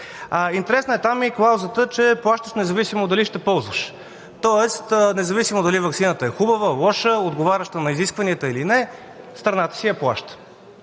Интересното там е и клаузата, че плащаш независимо дали ще ползваш, тоест, независимо дали ваксината е хубава, лоша, отговаряща на изискванията или не – страната си я плаща.